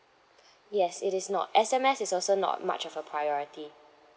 yes it is not S_M_S is also not much of a priority